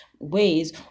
ways